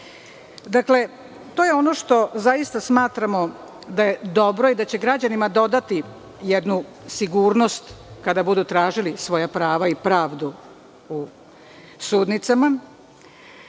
to je ono što zaista smatramo da je dobro i da će građanima dodati jednu sigurnost kada budu tražili svoja prava i pravdu u sudnicama. Takođe